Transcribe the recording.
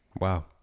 Wow